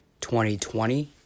2020